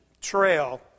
Trail